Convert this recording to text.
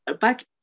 back